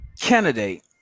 candidate